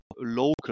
local